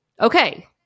okay